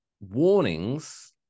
warnings